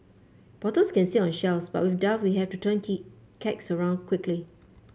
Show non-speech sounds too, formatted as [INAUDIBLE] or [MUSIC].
bottles can sit on shelves but with [UNINTELLIGIBLE] we have to turn key kegs around quickly